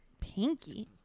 Pinky